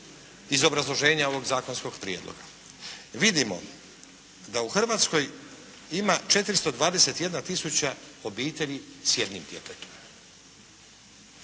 iz obrazloženja ovog zakonskog prijedloga vidimo da u Hrvatskoj ima 421 tisuća obitelji s jednim djetetom